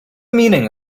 meaning